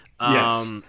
Yes